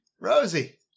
Rosie